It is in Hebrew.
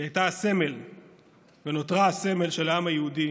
היא הייתה הסמל ונותרה הסמל של העם היהודי,